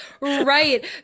right